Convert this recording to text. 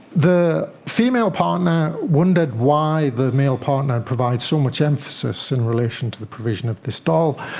the female partner wondered why the male partner provided so much emphasis in relation to the provision of this doll.